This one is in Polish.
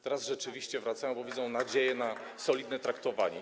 Teraz rzeczywiście wracają, bo widzą nadzieję na solidne traktowanie.